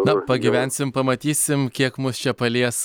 na pagyvensim pamatysim kiek mus čia palies